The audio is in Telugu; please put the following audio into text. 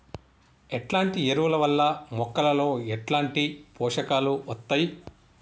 ఎట్లాంటి ఎరువుల వల్ల మొక్కలలో ఎట్లాంటి పోషకాలు వత్తయ్?